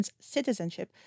citizenship